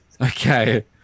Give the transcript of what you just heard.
Okay